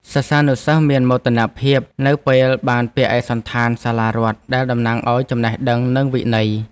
សិស្សានុសិស្សមានមោទនភាពនៅពេលបានពាក់ឯកសណ្ឋានសាលារដ្ឋដែលតំណាងឱ្យចំណេះដឹងនិងវិន័យ។